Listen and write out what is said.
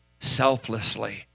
selflessly